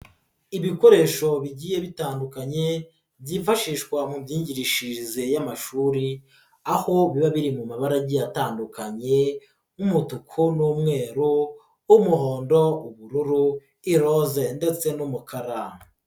Ibikoresho bigiye bitandukanye byifashishwa mu myigirishirize y'amashuri aho biba biri mu mabarage atandukanye nk'umutuku n'umweru w'umuhondo ubururu iroze ndetse n'umukara.